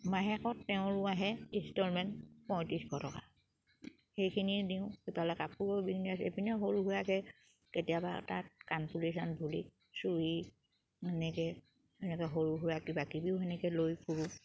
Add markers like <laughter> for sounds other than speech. মাহেকত <unintelligible> আহে ইনষ্টলমেণ্ট পঁয়ত্ৰিছ শ টকা সেইখিনি দিওঁ <unintelligible> আছে এপিনে সৰু সুৰাকে কেতিয়াবা তাত কাণফুলি চানফুলি চুৰি এনেকে এনেকে সৰু সুৰা কিবাকিবিও লৈ ফুৰোঁ